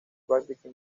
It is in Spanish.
práctica